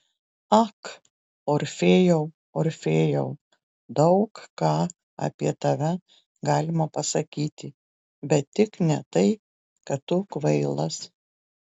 ak orfėjau orfėjau daug ką apie tave galima pasakyti bet tik ne tai kad tu kvailas